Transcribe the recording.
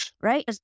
Right